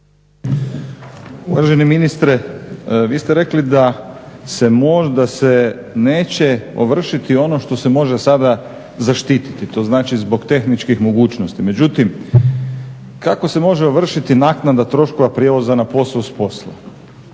Uvaženi ministre, vi ste rekli da se neće ovršiti ono što se može sada zaštiti. To znači zbog tehničkih mogućnosti. Međutim, kako se može ovršiti naknada troškova prijevoza na posao s posla?